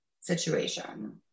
situation